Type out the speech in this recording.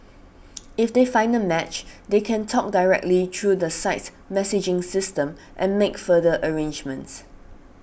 if they find a match they can talk directly through the site's messaging system and make further arrangements